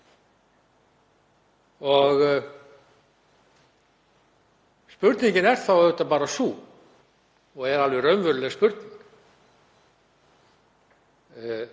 Spurningin er þá bara sú og er alveg raunveruleg spurning: